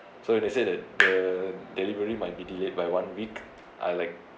so they say that the delivery might be delayed by one week I like